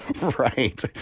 Right